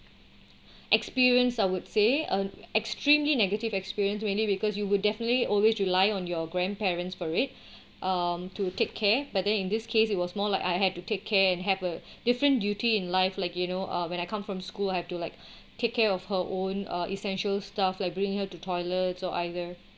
experience I would say um extremely negative experiences mainly because you will definitely always rely on your grandparents for it um to take care but then in this case it was more like I had to take care and have a different duty in life like you know uh when I come from school I have to like take care of her own uh essential stuff like bring her to toilets so either